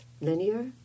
Linear